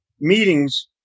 meetings